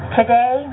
Today